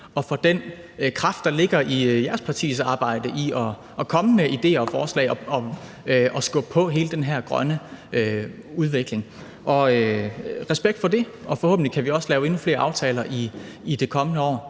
og for den kraft, der ligger i jeres partis arbejde for at komme med idéer og forslag og skubbe på hele den her grønne udvikling. Respekt for det, og forhåbentlig kan vi også lave endnu flere aftaler i det kommende år.